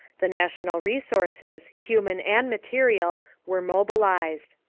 the national resources, human and material, were mobilized.